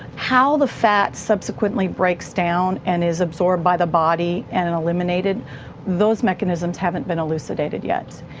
how the fat subsequently breaks down and is absorbed by the body and and eliminated those mechanisms haven't been elucidated yet.